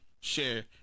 share